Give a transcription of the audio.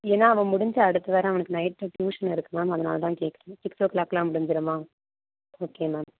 ஏன்னா அவ முடிஞ்சு அடுத்து வேற அவனுக்கு நைட்டு ட்யூஷன் இருக்குது அதனால் தான் கேட்குறேன் சிக்ஸோ க்ளாக்லாம் முடிஞ்சுருமா ஓகே மேம்